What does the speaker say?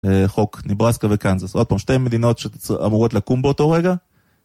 חוק ניברסקה וקנזס, עוד פעם שתי מדינות שאמורות לקום באותו רגע.